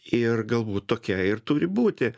ir galbūt tokia ir turi būti